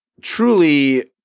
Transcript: truly